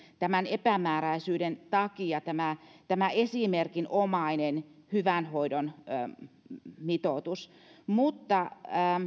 tämän epämääräisyyden takia poistettiin tämä esimerkinomainen hyvän hoidon mitoitus mutta